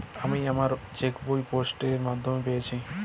আমি আমার chequebook post এর মাধ্যমে পেয়েছি